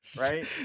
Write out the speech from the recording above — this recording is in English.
right